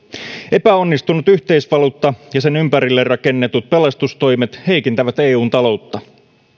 epäonnistunut yhteisvaluutta ja sen ympärille rakennetut pelastustoimet heikentävät eun taloutta